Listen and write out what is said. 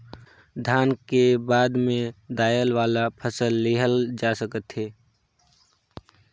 धान के बाद में दायर वाला फसल लेहल जा सकत हे